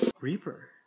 Reaper